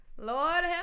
Lord